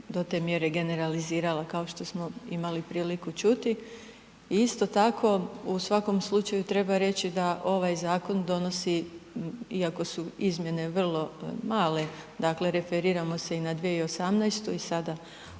do te mjere generalizirala kao što smo imali priliku čuti. I isto tako u svakom slučaju treba reći da ovaj zakon donosi iako su izmjene vrlo male, dakle referiramo se i na 2018. i sada,